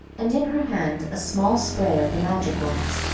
and in her hand a small spray of the magic ones,